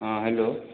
हँ हेलो